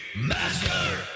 Master